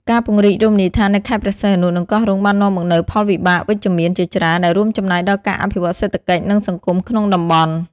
ការពង្រីករមណីយដ្ឋាននៅខេត្តព្រះសីហនុ និងកោះរ៉ុង បាននាំមកនូវផលវិបាកវិជ្ជមានជាច្រើន ដែលរួមចំណែកដល់ការអភិវឌ្ឍសេដ្ឋកិច្ច និងសង្គមក្នុងតំបន់។